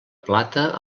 plata